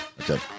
okay